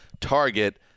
target